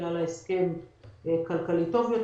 כי היה לה הסכם כלכלי טוב יותר,